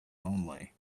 only